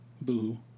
Boo